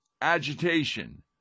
agitation